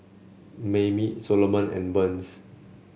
Mayme Soloman and Burns